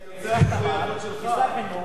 יוצר מחויבות שלך.